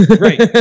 Right